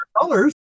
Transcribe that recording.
colors